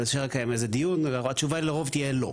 אפשר לקיים על זה דיון, התשובה לרוב תהיה לא.